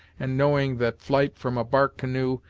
and knowing that flight from a bark canoe,